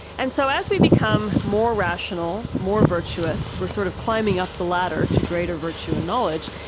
and so as we become more rational, more virtuous, we're sort of climbing up the ladder to greater virtue and knowledge,